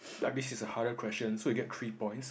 like this is a harder question so you get three points